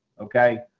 okay